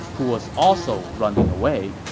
who was also running away.